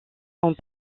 sont